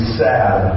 sad